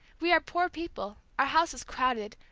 we are poor people, our house is crowded,